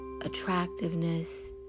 attractiveness